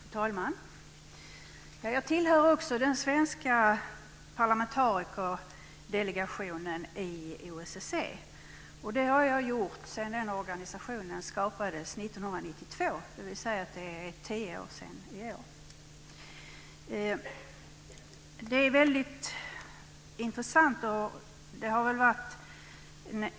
Fru talman! Jag tillhör också den svenska parlamentarikerdelegationen i OSSE. Det har jag gjort sedan organisationen skapades 1992. Det är tio år sedan i år.